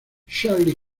charlie